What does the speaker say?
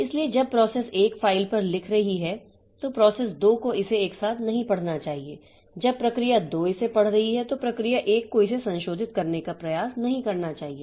इसलिए जब process 1 file पर लिख रही है तो प्रोसेस 2 को इसे एक साथ नहीं पढ़ना चाहिए जब प्रक्रिया 2 इसे पढ़ रही है तो प्रक्रिया 1 को इसे संशोधित करने का प्रयास नहीं करना चाहिए